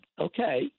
okay